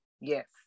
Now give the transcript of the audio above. Yes